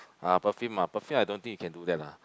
ah perfume ah perfume I don't think you can do that lah